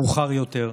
מאוחר יותר.